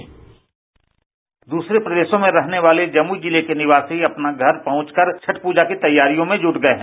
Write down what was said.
bite दूसरे प्रदेशों में रहने वाले जमुई जिले के निवासी अपने घर पहुंचकर छठ पूजा की तैयारियों में जुट गये हैं